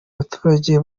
abaturage